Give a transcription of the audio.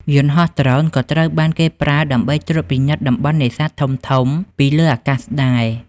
យន្តហោះដ្រូនក៏ត្រូវបានគេប្រើដើម្បីត្រួតពិនិត្យតំបន់នេសាទធំៗពីលើអាកាសដែរ។